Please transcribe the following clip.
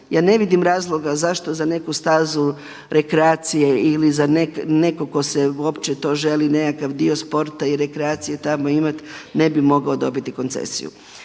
Ja ne vidim razloga zašto za neku stazu rekreacije ili za nekog tko se uopće to želi nekakav dio sporta i rekreacije tamo imati ne bi mogao dobiti koncesiju.